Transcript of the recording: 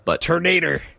Tornado